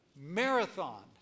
marathon